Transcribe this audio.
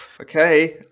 okay